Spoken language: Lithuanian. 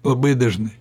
labai dažnai